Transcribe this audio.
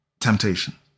temptation